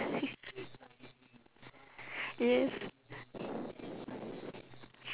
yes